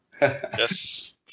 Yes